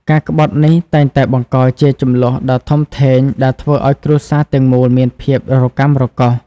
ការក្បត់នេះតែងតែបង្កជាជម្លោះដ៏ធំធេងដែលធ្វើឲ្យគ្រួសារទាំងមូលមានភាពរកាំរកូស។